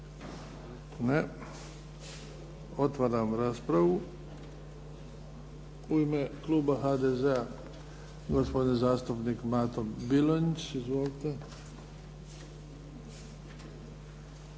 Ne. Otvaram raspravu. U ime kluba HDZ-a gospodin zastupnik Mato Bilonjić. Izvolite.